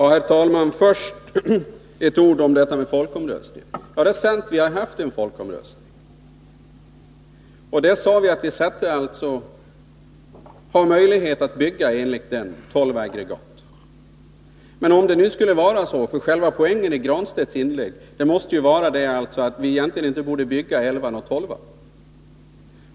Herr talman! Först några ord om folkomröstningen. Det är sant att vi har haft en folkomröstning. Och enligt utslaget i denna har vi möjlighet att bygga tolv aggregat. Men själva poängen i Pär Granstedts inlägg måste vara att vi egentligen inte borde bygga aggregat 11 och 12.